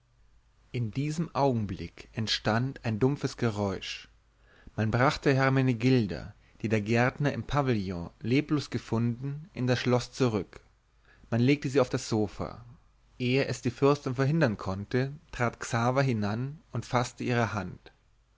in diesem augenblick entstand ein dumpfes geräusch man brachte hermenegilda die der gärtner im pavillon leblos gefunden in das schloß zurück man legte sie auf das sofa ehe es die fürstin verhindern konnte trat xaver hinan und faßte ihre hand